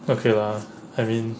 okay lah I mean